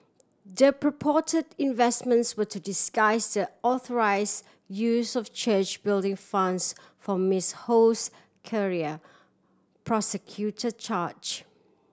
the purported investments were to disguise the unauthorise use of church building funds for Miss Ho's career prosecutor charge